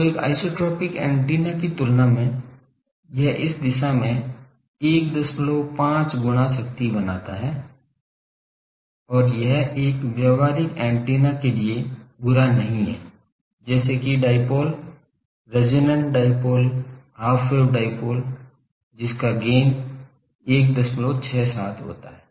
तो एक isotropic antenna की तुलना में यह इस दिशा में 15 गुना शक्ति बनाता है और यह एक व्यावहारिक एंटीना के लिए बुरा नहीं है जैसे कि dipole resonant dipole half wave dipole जिसका गैन 167 होता है